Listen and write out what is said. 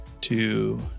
two